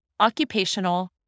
occupational